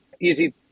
easy